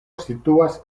situas